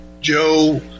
Joe